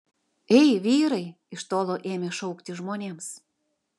ei vyrai iš tolo ėmė šaukti žmonėms